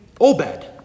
Obed